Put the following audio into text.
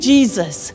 Jesus